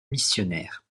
missionnaire